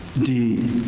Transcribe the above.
d,